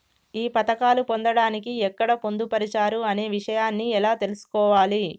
ఈ పథకాలు పొందడానికి ఎక్కడ పొందుపరిచారు అనే విషయాన్ని ఎలా తెలుసుకోవాలి?